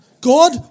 God